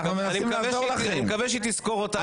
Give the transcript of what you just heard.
אני מקווה שהיא תזכור אותנו,